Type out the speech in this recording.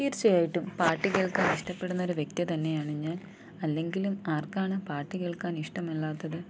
തീർച്ചയായിട്ടും പാട്ട് കേൾക്കാൻ ഇഷ്ടപ്പെടുന്നൊരു വ്യക്തി തന്നെയാണ് ഞാൻ അല്ലെങ്കിലും ആർക്കാണ് പാട്ട് കേൾക്കാനിഷ്ടമില്ലാത്തത്